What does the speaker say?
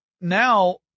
now